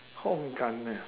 hong gan ah